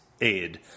aid